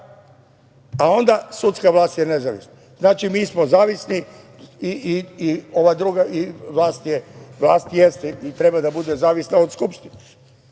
a onda – sudska vlast je nezavisna. Znači, mi smo zavisni i ova druga i vlast jeste i treba da bude zavisna od Skupštine,